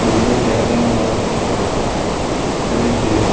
बिजलीअ ते हलण वारो पंखो फ्रिज